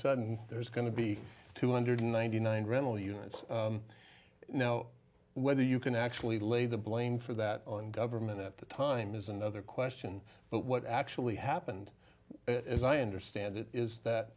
sudden there's going to be two hundred ninety nine rental units now whether you can actually lay the blame for that on government at the time is another question but what actually happened as i understand it is that